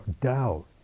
doubt